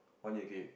one year okay